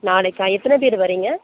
நாளைக்கா எத்தனை பேர் வர்றீங்க